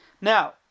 Now